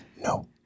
No